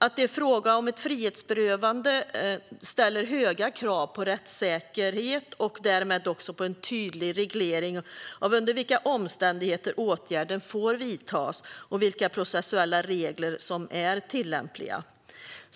Att det är fråga om ett frihetsberövande ställer höga krav på rättssäkerhet och därmed också på en tydlig reglering av under vilka omständigheter åtgärden får vidtas och vilka processuella regler som är tillämpliga.